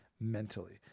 mentally